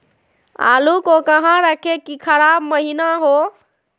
आलू को कहां रखे की खराब महिना हो?